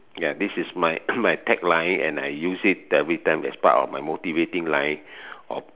ya this is my my tagline and I use it every time as part of my motivating line of